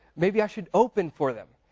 maybe i should open for them.